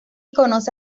conoce